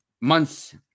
months